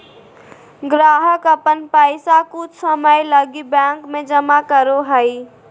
ग्राहक अपन पैसा कुछ समय लगी बैंक में जमा करो हइ